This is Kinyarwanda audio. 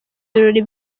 birori